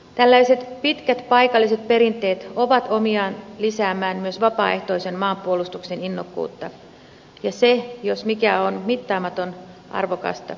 tällaiset pitkät paikalliset perinteet ovat omiaan lisäämään myös vapaaehtoisen maanpuolustuksen innokkuutta ja se jos mikä on mittaamattoman arvokasta